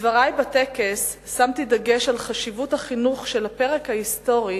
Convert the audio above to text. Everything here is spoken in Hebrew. בדברי בטקס שמתי דגש על חשיבות הלימוד של הפרק ההיסטורי